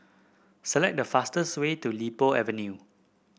select the fastest way to Li Po Avenue